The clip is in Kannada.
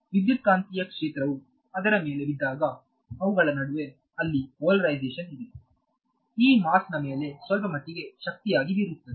ವಿದ್ಯುತ್ಕಾಂತೀಯ ಕ್ಷೇತ್ರವು ಅದರ ಮೇಲೆ ಬಿದ್ದಾಗ ಅವುಗಳ ನಡುವೆ ಅಲ್ಲಿ ಪೋಲಾರೈಸೇಶನ್ ಇದೆ ಈ ಮಾಸ್ ನ ಮೇಲೆ ಸ್ವಲ್ಪಮಟ್ಟಿಗೆ ಶಕ್ತಿಯಾಗಿ ಬೀರುತ್ತದೆ